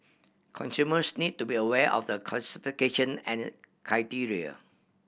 consumers need to be aware of the certification and criteria